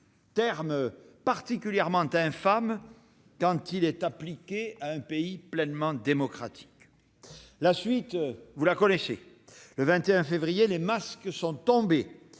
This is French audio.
terme particulièrement infâme quand il est appliqué à un pays pleinement démocratique. La suite, vous la connaissez : le 21 février, les masques sont tombés.